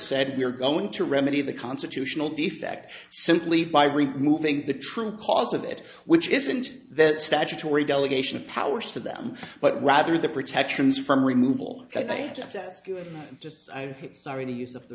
you're going to remedy the constitutional defect simply by removing the true cause of it which isn't that statutory delegation of powers to them but rather the protections from removal and i just i'm sorry to use of the